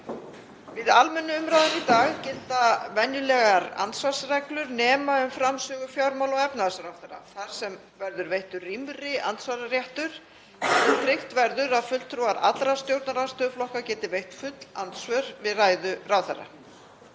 Við almennu umræðuna í dag gilda venjulegar andsvarsreglur nema við framsögu fjármála- og efnahagsráðherra þar sem verður veittur rýmri andsvararéttur. Tryggt verður að fulltrúar allra stjórnarandstöðuflokka geti veitt full andsvör við ræðu ráðherra.